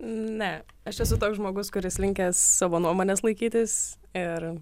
ne aš esu toks žmogus kuris linkęs savo nuomonės laikytis ir